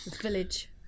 village